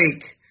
break